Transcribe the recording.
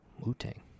Wu-Tang